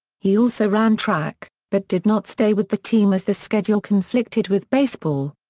he also ran track, but did not stay with the team as the schedule conflicted with baseball.